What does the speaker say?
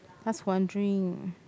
just wondering